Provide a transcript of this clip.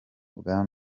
bwa